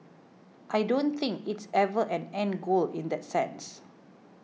I don't think it's ever an end goal in that sense